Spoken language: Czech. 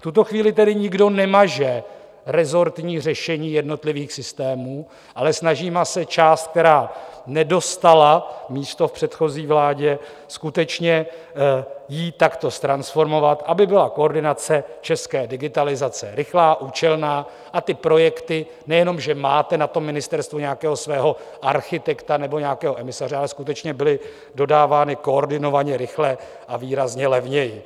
V tuto chvíli tedy nikdo nemaže resortní řešení jednotlivých systémů, ale snažíme se část, která nedostala místo v předchozí vládě, skutečně takto ztransformovat, aby byla koordinace české digitalizace rychlá, účelná, a ty projekty nejenom že máte na ministerstvu nějakého svého architekta nebo nějakého emisaře, ale skutečně byly dodávány koordinovaně, rychle a výrazně levněji.